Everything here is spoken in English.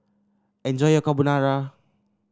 enjoy your Carbonara